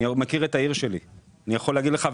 אני מכיר את העיר שלי ויכול להגיד לך,